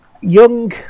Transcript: young